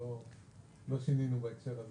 לא שינינו בהקשר הזה.